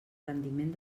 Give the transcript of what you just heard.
rendiment